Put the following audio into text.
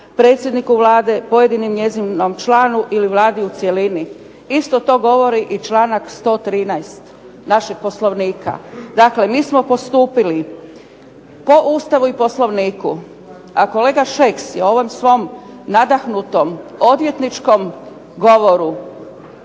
predsjedniku Vlade, pojedinom njezinom članu ili Vladi u cjelini. Isto to govori i članak 113. našeg Poslovnika. Dakle mi smo postupili po Ustavu i Poslovniku, a kolega Šeks je u svom nadahnutom odvjetničkom govoru